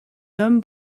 homme